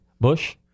bush